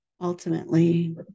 ultimately